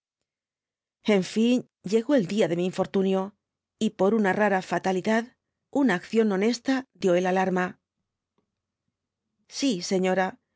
n fin llegó el dia de mi infortunio y por una rara fatalidad una acción honesta dio el alarma si s